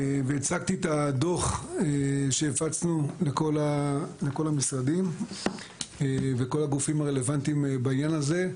הצגתי את הדוח שהפצנו לכל המשרדים וכל הגופים הרלוונטיים בעניין הזה.